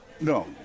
No